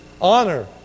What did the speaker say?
honor